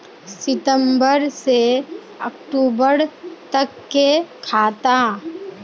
सितम्बर से अक्टूबर तक के खाता?